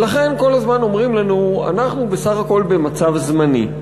ולכן כל הזמן אומרים לנו: אנחנו בסך הכול במצב זמני.